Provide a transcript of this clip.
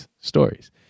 stories